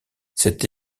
cette